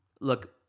look